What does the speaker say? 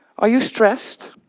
are you stressed?